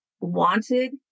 wanted